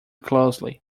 closely